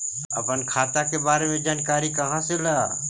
अपन खाता के बारे मे जानकारी कहा से ल?